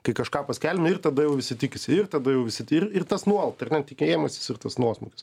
kai kažką paskelbia ir tada jau visi tikinsi ir tada jau visi ir tas nuolat ar ne tikėjimasis ir tas nuosmūkis